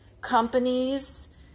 companies